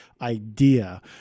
idea